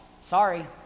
sorry